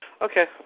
Okay